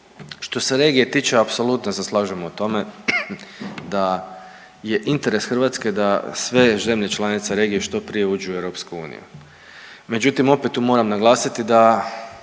Što se regije tiče apsolutno se slažemo u tome da je interes Hrvatske da sve zemlje članice regije što prije uđu u EU. Međutim, opet tu moram naglasiti da